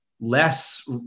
less